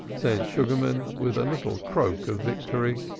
said sugarman with a little croak of victory,